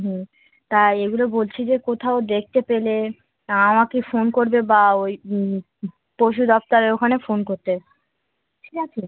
হুম তা এগুলো বলছি যে কোথাও দেখতে পেলে আমাকে ফোন করবে বা ওই পশু দপ্তরের ওখানে ফোন করতে ঠিক আছে